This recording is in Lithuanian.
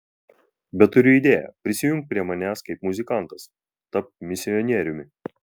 bet turiu idėją prisijunk prie manęs kaip muzikantas tapk misionieriumi